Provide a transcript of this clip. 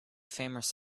famous